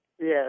Yes